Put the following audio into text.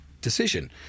decision